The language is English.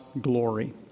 glory